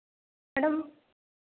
madam